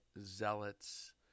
zealots